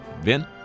Vin